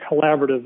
collaborative